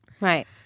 Right